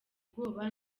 ubwoba